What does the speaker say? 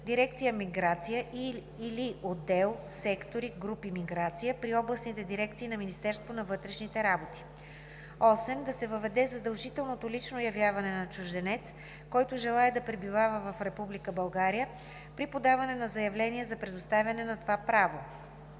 дирекция „Миграция“ или отдел/сектори/групи „Миграция“ при областните дирекции на Министерството на вътрешните работи. 8. Да се въведе задължителното лично явяване на чужденец, който желае да пребивава в Република България, при подаване на заявление за предоставяне на това право.